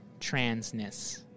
Transness